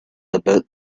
about